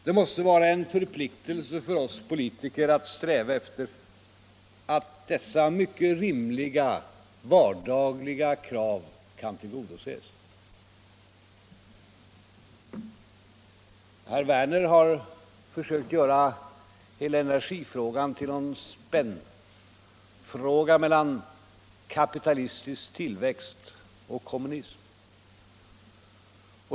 Det måste vara en förpliktelse för oss politiker att sträva efter att dessa mycket rimliga vardagliga krav kan tillgodoses. Herr Werner i Tyresö har försökt att göra energifrågan till en spännfråga mellan kapitalistisk tillväxt och kommunism.